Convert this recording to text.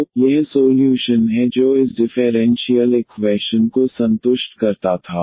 तो यह सोल्यूशन है जो इस डिफेरेंशीयल इक्वैशन को संतुष्ट करता था